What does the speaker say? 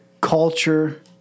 culture